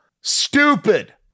Stupid